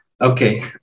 Okay